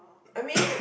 I mean